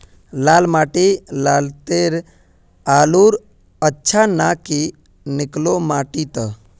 लाल माटी लात्तिर आलूर अच्छा ना की निकलो माटी त?